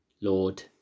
Lord